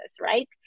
right